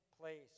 place